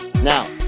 Now